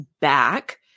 back